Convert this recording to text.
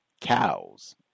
cows